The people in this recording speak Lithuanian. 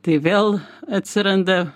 tai vėl atsiranda